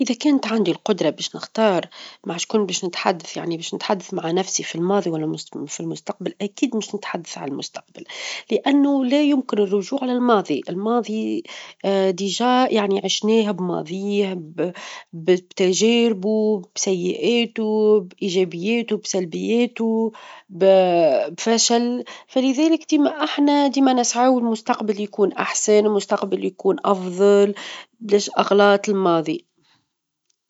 إذا كانت عندي القدرة باش نختار معاش كنت باش نتحدث، يعني باش نتحدث مع نفسي في الماظي ولا -ال- في المستقبل، أكيد مش نتحدث على المستقبل، لأنه لا يمكن الرجوع للماظي، الماظي دى جاء يعني عشناه بماظيه، بتجاربه، بسيئاته، بإيجابياته، بسلبياته، ب بفشل؛ فلذلك ديما إحنا ديما نسعى والمستقبل يكون أحسن، والمستقبل يكون أفظل، بلاش أغلاط الماظي.